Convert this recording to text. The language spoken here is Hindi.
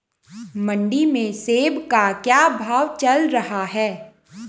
मंडी में सेब का क्या भाव चल रहा है?